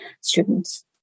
students